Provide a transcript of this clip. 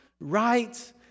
right